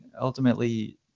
ultimately